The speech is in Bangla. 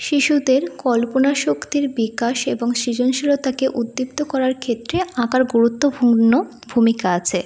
শিশুদের কল্পনা শক্তির বিকাশ এবং সৃজনশীলতাকে উদ্দীপ্ত করার ক্ষেত্রে আঁকার গুরুত্বপূর্ণ ভূমিকা আছে